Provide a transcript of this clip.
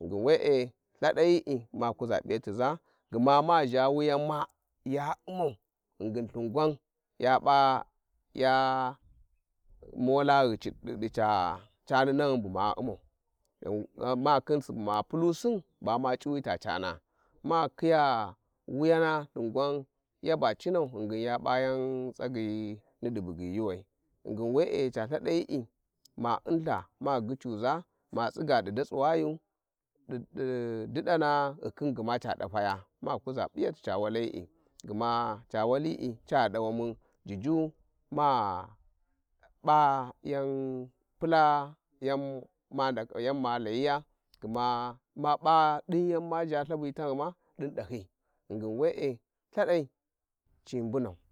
ghingm Ithada yi'i ma kuza přiyatiza gma. ma zha wuyan ma ya u'mau ghinginithin gwan ya p's ja mola ghi ci- ghidi da cani naghum bu ma u`mau ghan machin subu ma Pulusin bama cuwi ta Cana, ma leniya wuyana Ithin qwan yaba cinau ghingin ya p'ayan tsagyi nidi bugyi yuuwai, ghingin we'e ca Ithadayi'i ma u'nithe, ma gyicuza ma tsiga di datsi wayu di-di didang ghi khin gma dafaye ma kuza p'iyati Ca walayi'i gma Ca walli ca dwaa ma juju ma p'a yan pula yan-ma nda -yan malayiya gma ma p`a adih yan ma zha ltha vi taghumą din dahyi ghingin we`e Uhadai ci mbunau.